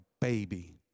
baby